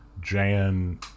Jan